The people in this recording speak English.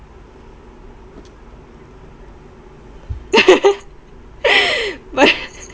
but